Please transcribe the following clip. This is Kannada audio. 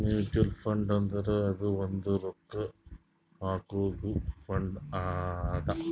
ಮ್ಯುಚುವಲ್ ಫಂಡ್ ಅಂದುರ್ ಅದು ಒಂದ್ ರೊಕ್ಕಾ ಹಾಕಾದು ಫಂಡ್ ಅದಾ